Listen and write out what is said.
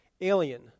alien